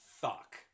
fuck